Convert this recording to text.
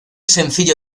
sencillo